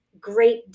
great